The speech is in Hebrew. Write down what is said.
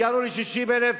הגענו ל-60,000.